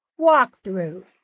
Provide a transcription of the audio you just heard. walkthrough